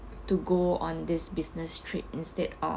to go on this business trip instead of